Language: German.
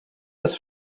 das